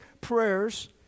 prayers